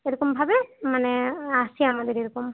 এরকমভাবে মানে আসে আমাদের এরকম